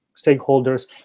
stakeholders